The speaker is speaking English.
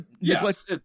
yes